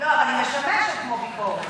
לא, אבל היא משמשת כמו ביקורת.